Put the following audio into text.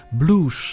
blues